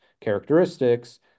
characteristics